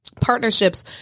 Partnerships